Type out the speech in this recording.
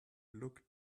looked